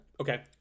Okay